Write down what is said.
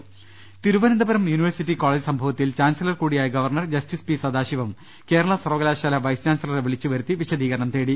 രുട്ട്ട്ട്ട്ട്ട്ട്ട Thiruvananthapuram university college സംഭവത്തിൽ chancellor കൂടിയായ governor justice P Sathasivam Kerala സർവകലാശാല വൈസ് ചാൻസലറെ വിളിച്ചു വരുത്തി വിശദീകരണം തേടി